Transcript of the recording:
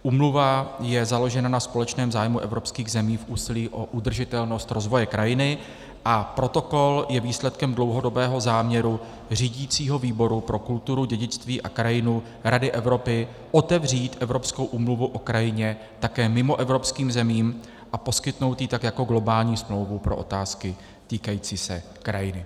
Úmluva je založena na společném zájmu evropských zemí v úsilí o udržitelnost rozvoje krajiny a protokol je výsledkem dlouhodobého záměru řídicího výboru pro kulturu, dědictví a krajinu Rady Evropy otevřít Evropskou úmluvu o krajině také mimoevropským zemím, a poskytnout ji tak jako globální smlouvu pro otázky týkající se krajiny.